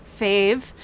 fave